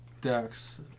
dex